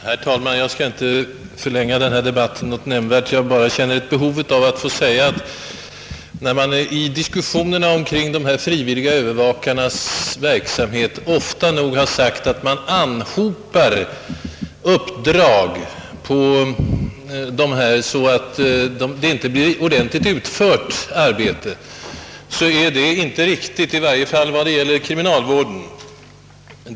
Herr talman! Jag skall just inte förlänga debatten men jag känner ett behov av att få använda detta tillfälle att säga att när man i diskussionerna om de frivilliga övervakarnas verksamhet ofta nog har sagt att man hopar uppdrag på dem så att arbetet inte blir ordentligt utfört, så är detta inte riktigt, i varje fall inte vad beträffar övervakarna inom kriminalvården.